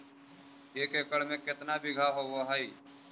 एक एकड़ में केतना बिघा होब हइ?